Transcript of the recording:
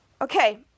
Okay